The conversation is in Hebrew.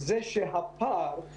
הפער הוא